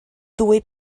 ddwy